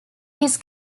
his